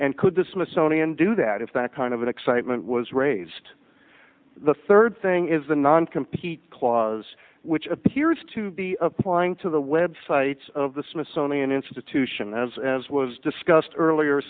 and could the smithsonian do that if that kind of excitement was raised the third thing is the non compete clause which appears to be applying to the websites of the smithsonian institution as as was discussed earlier